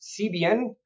CBN